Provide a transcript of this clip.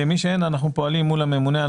למי שאין אנחנו פועלים מול הממונה על